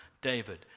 David